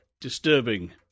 disturbing